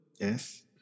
Yes